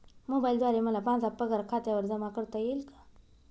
मोबाईलद्वारे मला माझा पगार खात्यावर जमा करता येईल का?